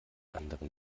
anderen